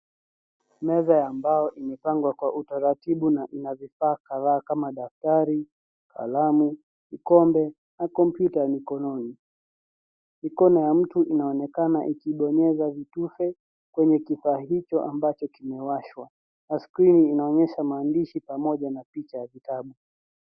Meza ya mbao imepangwa kwa utaratibu na ina vifaa kadhaa kama daftari, kalamu, vikombe na kompyuta ya mkononi. Mikono ya mtu inaonekana ikibonyeza vitufe kwenye kifaa hicho ambacho kimewashwa na skrini inaonyesha maandishi pamoja na picha ya vitabu.